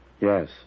Yes